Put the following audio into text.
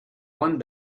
one